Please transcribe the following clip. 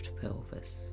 pelvis